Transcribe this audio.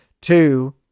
Two